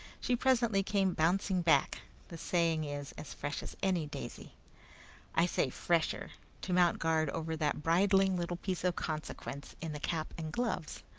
she presently came bouncing back the saying is, as fresh as any daisy i say fresher to mount guard over that bridling little piece of consequence in the cap and gloves,